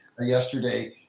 yesterday